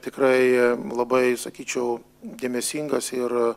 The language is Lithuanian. tikrai labai sakyčiau dėmesingas ir